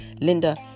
Linda